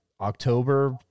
October